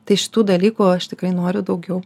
tai šitų dalykų aš tikrai noriu daugiau